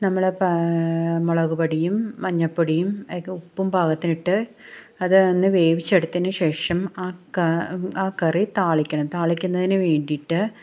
നമ്മൾ മുളകുപൊടിയും മഞ്ഞൾപ്പൊടിയും ഒക്കെ ഉപ്പും പാകത്തിനിട്ട് അത് അങ്ങനെ വേവിച്ച് എടുത്തയിനുശേഷം ആ ആ കറി താളിക്കണം താളിക്കുന്നതിന് വേണ്ടിയിട്ട്